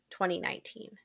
2019